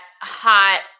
hot